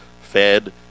Fed